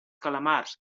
calamars